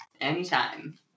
Anytime